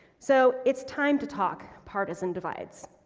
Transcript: so, it's time to talk partisan divides.